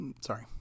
sorry